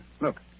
Look